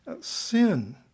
sin